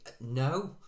No